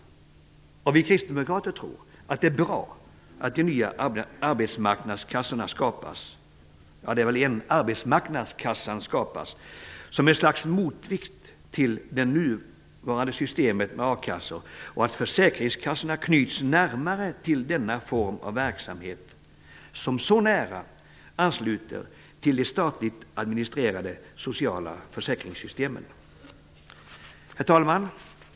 Vi kristdemokrater tror att det är bra att den nya arbetsmarknadskassan skapas som ett slags motvikt till det nuvarande systemet med a-kassor och att försäkringskassorna knyts närmare till denna form av verksamhet som så nära ansluter till det statligt administrerade sociala försäkringssystemet. Herr talman!